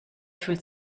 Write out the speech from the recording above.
fühlt